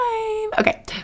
okay